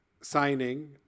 signing